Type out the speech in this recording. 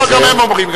לא, גם הם אומרים.